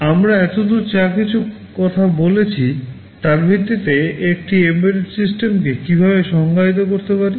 এখন আমরা এতদূর যা কিছু কথা বলেছি তার ভিত্তিতে একটি এম্বেডেড সিস্টেমকে কীভাবে সংজ্ঞায়িত করতে পারি